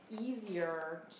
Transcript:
easier